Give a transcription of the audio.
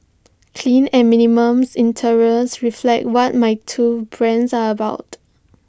clean and minimum reflect what my two brands are about